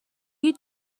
you